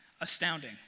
astounding